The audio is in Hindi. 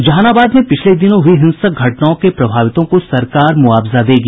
जहानाबाद में पिछले दिनों हुयी हिंसक घटनाओं के प्रभावितों को सरकार मुआवजा देगी